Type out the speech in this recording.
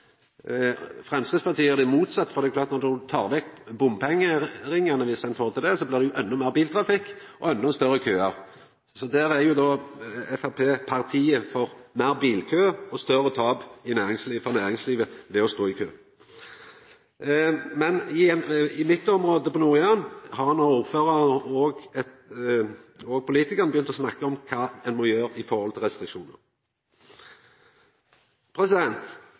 Framstegspartiet gjer det motsett, for det er klart at når ein tar vekk bompengeringane – dersom ein får til det – blir det enda meir biltrafikk og enda større køar. Så der er Framstegspartiet partiet for meir bilkø og større tap for næringslivet ved å stå i kø. Men i mitt område, Nord-Jæren, har ordføraren og politikarane begynt å snakka om kva ein må gjera med omsyn til